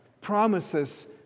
promises